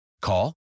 Call